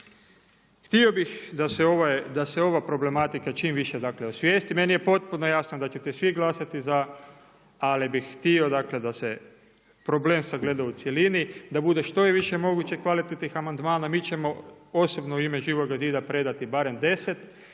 Htio bih da se ova problematika čim više, dakle osvijesti. Meni je potpuno jasno da ćete svi glasati za, ali bih htio, dakle da se problem sagleda u cjelini, da bude što je više moguće kvalitetnih amandmana. Mi ćemo osobno u ime Živoga zida predati barem deset